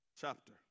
chapter